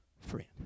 friend